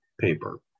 paper